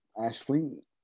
Ashley